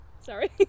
sorry